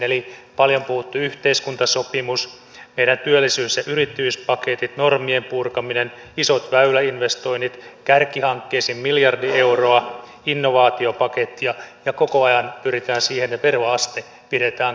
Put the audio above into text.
eli on paljon puhuttu yhteiskuntasopimus meidän työllisyys ja yrittäjyyspaketit normien purkaminen isot väyläinvestoinnit kärkihankkeisiin miljardi euroa innovaatiopaketti ja koko ajan pyritään siihen että veroaste pidetään kurissa